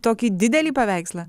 tokį didelį paveikslą